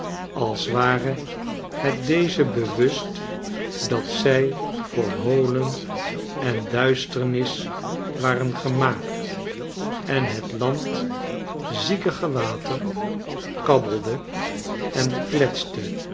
als ware het deze bewust dat zij voor holen en duisternis waren gemaakt en het landziekige water kabbelde en kletste